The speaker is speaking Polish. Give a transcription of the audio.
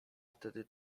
wtedy